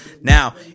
Now